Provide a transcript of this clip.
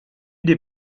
des